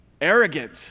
arrogant